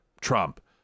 Trump